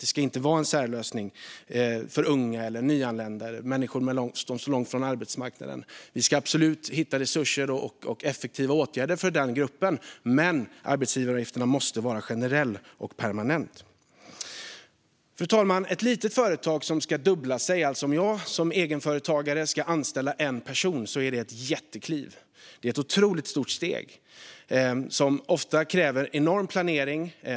Det ska inte vara särlösningar för unga, för nyanlända och för människor som står långt från arbetsmarknaden. Vi ska absolut hitta resurser och effektiva åtgärder för denna grupp, men arbetsgivaravgifterna måste vara generella och permanenta. Fru talman! För ett litet företag som vill fördubbla sin storlek, alltså om jag som egenföretagare ska anställa en person, är det ett jättekliv. Det är ett otroligt stort steg som ofta kräver enorm planering.